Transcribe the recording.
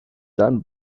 done